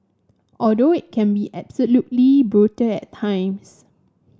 although it can be absolutely brutal at times